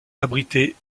abritait